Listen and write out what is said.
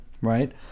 right